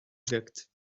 exact